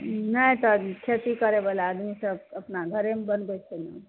नहि सरजी खेती करैबला आदमी सब अपना घरेमे बनबै छलियै